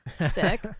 sick